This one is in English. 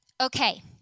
Okay